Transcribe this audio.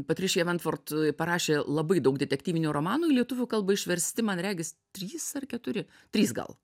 patrišija ventvord parašė labai daug detektyvinių romanų lietuvių kalbą išversti man regis trys ar keturi trys gal